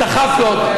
את החפלות,